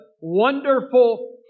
Wonderful